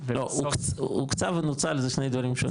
לא, הוקצה ונוצל זה שני דברים שונים.